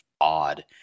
odd